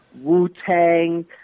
Wu-Tang